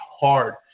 hard